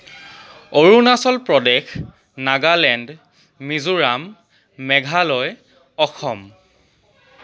Arunachal Pradesh Nagaland Mizoram Meghalaya Assam